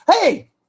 Hey